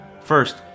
First